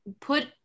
put